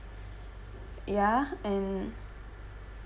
ya and